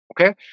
Okay